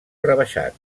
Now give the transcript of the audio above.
rebaixat